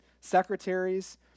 secretaries